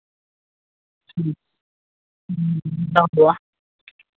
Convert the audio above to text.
ᱦᱮᱸ ᱵᱟᱝ ᱦᱩᱭᱩᱜᱼᱟ